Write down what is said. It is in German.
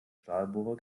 stahlbohrer